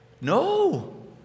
No